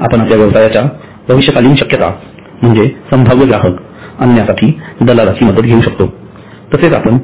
आपण आपल्या व्यवसायाच्या भविष्यकालीन शक्यता म्हणजे संभाव्य ग्राहक आणण्यासाठी दलालाची मदत घेऊ शकतो तसेच आपण